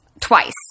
twice